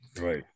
Right